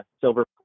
silver